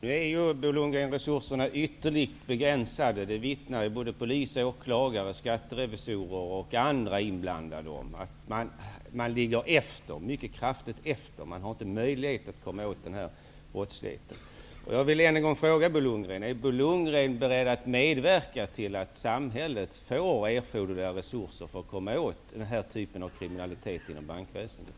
Fru talman! Resurserna är ytterligt begränsade, Bo Lundgren. Det vittnar polis, åklagare, skatterevisorer och andra inblandade om. Man ligger mycket kraftigt efter, och man har inte möjlighet att komma åt den här brottsligheten. Jag vill än en gång fråga Bo Lundgren: Är Bo Lundgren beredd att medverka till att samhället får erforderliga resurser för att komma åt den typen av kriminalitet inom bankväsendet?